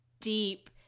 deep